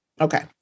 Okay